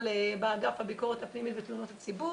באגף הביקורת הפנימית בתלונות הציבור.